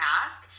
ask